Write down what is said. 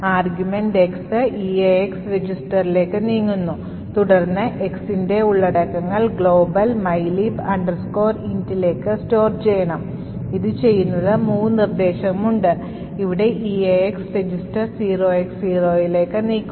അതിനാൽ argument X EAX രജിസ്റ്ററിലേക്ക് നീങ്ങുന്നു തുടർന്ന് Xന്റെ ഉള്ളടക്കങ്ങൾ ഗ്ലോബൽ mylib int ലേക്ക് സ്റ്റോർ ചെയ്യണം ഇത് ചെയ്യുന്നതിന് move നിർദ്ദേശമുണ്ട് ഇവിടെ EAX രജിസ്റ്റർ 0X0 ലേക്ക് നീക്കുന്നു